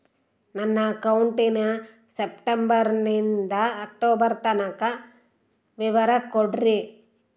ನನ್ನ ಅಕೌಂಟಿನ ಸೆಪ್ಟೆಂಬರನಿಂದ ಅಕ್ಟೋಬರ್ ತನಕ ವಿವರ ಕೊಡ್ರಿ?